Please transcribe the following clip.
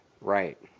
right